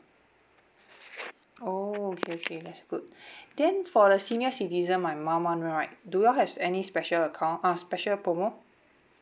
oh okay okay that's good then for the senior citizen my mum [one] right do you all have s~ any special account uh special promo